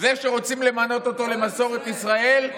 זה שרוצים למנות אותו למסורת ישראל,